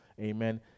Amen